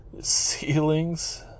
ceilings